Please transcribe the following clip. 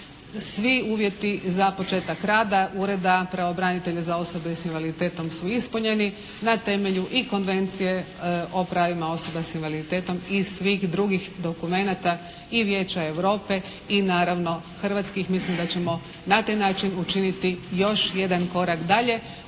svi uvjeti za početak rada ureda pravobranitelja za osobe sa invaliditetom su ispunjeni na temelju i konvencije o pravima osoba sa invaliditetom i svih drugih dokumenata i Vijeća Europe i naravno hrvatskih, mislim da ćemo na taj način učiniti još jedan korak dalje